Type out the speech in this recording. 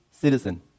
citizen